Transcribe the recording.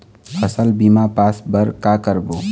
फसल बीमा पास बर का करबो?